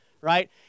right